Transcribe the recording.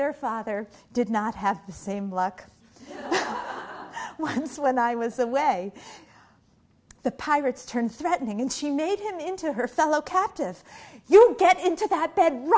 their father did not have the same luck once when i was away the pirates turned threatening and she made him into her fellow captive you get into that b